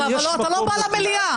אתה לא בא למליאה.